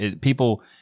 People